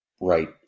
Right